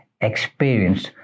experience